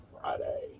Friday